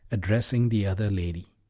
addressing the other lady.